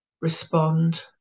respond